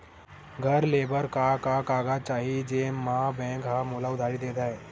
घर ले बर का का कागज चाही जेम मा बैंक हा मोला उधारी दे दय?